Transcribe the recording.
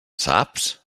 saps